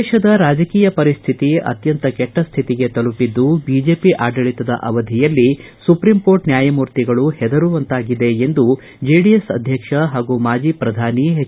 ದೇಶದ ರಾಜಕೀಯ ಪರಿಸ್ಥಿತಿ ಅತ್ತಂತ ಕೆಟ್ಟ ಸ್ಥಿತಿಗೆ ತಲುಪಿದ್ದು ಬಿಜೆಪಿ ಆಡಳಿತದ ಅವಧಿಯಲ್ಲಿ ಸುಪ್ರೀಂ ಕೋರ್ಟ್ ನ್ಯಾಯಮೂರ್ತಿಗಳೂ ಹೆದರುವಂತಾಗಿದೆ ಎಂದು ಜೆಡಿಎಸ್ ಅಧ್ಯಕ್ಷ ಹಾಗೂ ಮಾಜಿ ಪ್ರಧಾನಿ ಹೆಚ್